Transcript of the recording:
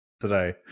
today